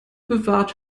bewahrt